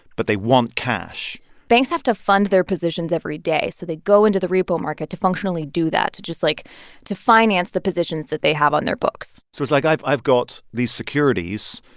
but they want cash banks have to fund their positions every day, so they go into the repo market to functionally do that to just, like to finance the positions that they have on their books so it's like, i've i've got these securities,